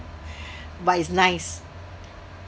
but it's nice